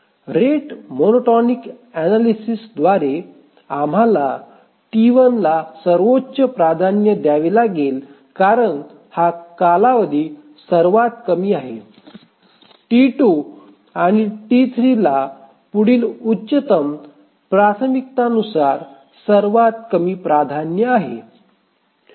rate monotonic अनालिसिसद्वारे आम्हाला T1 ला सर्वोच्च प्राधान्य द्यावे लागेल कारण हा कालावधी सर्वात कमी आहे T2 आणि T3 ला पुढील उच्चतम प्राथमिकता नुसार सर्वात कमी प्राधान्य आहे